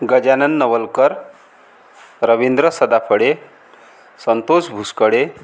Gajanan Navalkar Ravindra Sadaphale Santosh Bhuskale